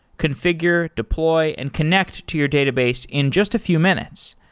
configure, deploy and connect to your database in just a few minutes.